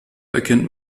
erkennt